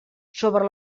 sobre